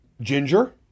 ginger